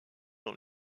dans